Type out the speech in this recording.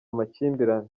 amakimbirane